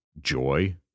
joy